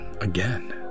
again